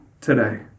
today